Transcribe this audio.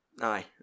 Aye